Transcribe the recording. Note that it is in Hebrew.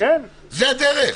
זו הדרך,